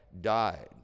died